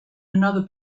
another